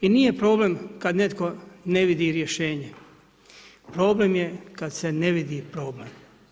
I nije problem kada netko ne vidi rješenje, problem je kada se ne vidi problem.